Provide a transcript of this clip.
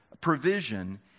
provision